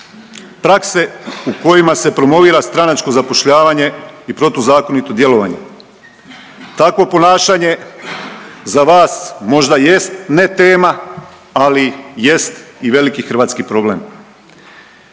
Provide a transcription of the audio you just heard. prakse u kojima se promovira stranačko zapošljavanje i protuzakonito djelovanje. Takvo ponašanje za vas možda jest ne tema, ali jest i veliki hrvatski problem.